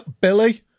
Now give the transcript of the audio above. Billy